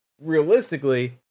realistically